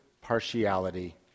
partiality